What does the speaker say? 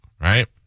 right